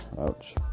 Ouch